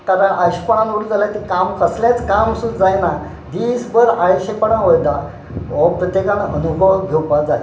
कारण आळशेपणान उडक जाल्यार ते काम कसलेंच काम सुद्द जायना दीस भर आळशेपणान वयता हो प्रत्येकान अनुभव घेवपा जाय